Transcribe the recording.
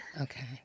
Okay